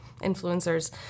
influencers